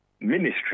ministry